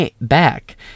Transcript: back